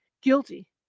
Guilty